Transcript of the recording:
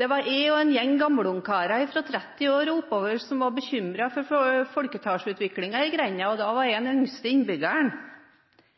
Det var jeg og en gjeng gammelungkarer på 30 år og oppover som var bekymret for folketallsutviklingen i grenda, og da var jeg den yngste innbyggeren.